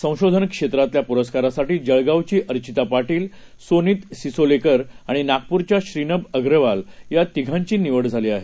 संशोधनक्षेत्रातल्यापुरस्कारासाठीजळगावचीअर्चितापाटिल Sonit Sisolekar आणिनागप्रचाश्रीनभअग्रवालयातिघांचीनिवडझालीआहे